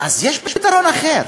אז יש פתרון אחר.